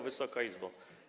Wysoka Izbo!